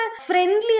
friendly